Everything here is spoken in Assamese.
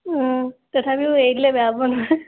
তথাপিও এৰি দিলে বেয়া পাব নহয়